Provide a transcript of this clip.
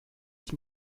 ich